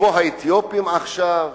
כמו האתיופים עכשיו,